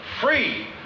Free